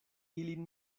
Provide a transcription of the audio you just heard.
ilin